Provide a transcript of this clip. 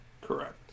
Correct